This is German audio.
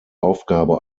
aufgabe